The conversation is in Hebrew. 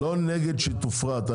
אני לא נגד זה שהחברה תופרט.